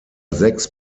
sechs